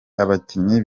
abakinyi